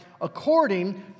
according